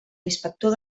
inspector